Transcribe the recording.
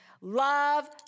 Love